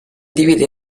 divide